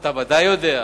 אתה ודאי יודע,